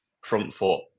front-foot